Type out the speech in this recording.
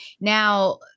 Now